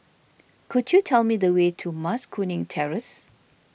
could you tell me the way to Mas Kuning Terrace